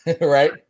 Right